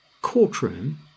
courtroom